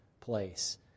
place